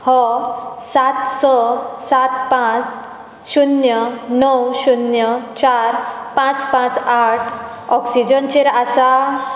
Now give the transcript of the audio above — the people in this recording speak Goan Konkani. हो सात स सात पांच शुन्य णव शुन्य चार पांंच पांच आठ ऑक्सिजनचेर आसा